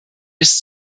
bis